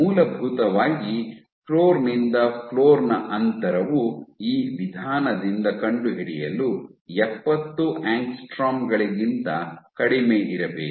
ಮೂಲಭೂತವಾಗಿ ಫ್ಲೋರ್ ನಿಂದ ಫ್ಲೋರ್ ನ ಅಂತರವು ಈ ವಿಧಾನದಿಂದ ಕಂಡುಹಿಡಿಯಲು ಎಪ್ಪತ್ತು ಆಂಗ್ಸ್ಟ್ರಾಮ್ ಗಳಿಗಿಂತ ಕಡಿಮೆಯಿರಬೇಕು